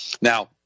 Now